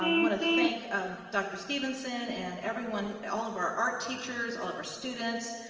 um wanna thank ah dr. stevenson and everyone, all of our art teachers, all of our students,